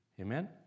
Amen